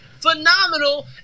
phenomenal